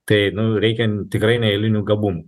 tai reikia tikrai neeilinių gabumų